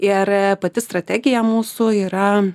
ir pati strategija mūsų yra